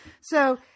So-